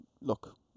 look